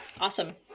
Awesome